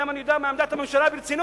אלא אם אנחנו יודעים מה עמדת הממשלה ברצינות.